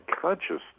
consciousness